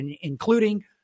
including